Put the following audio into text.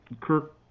Kirk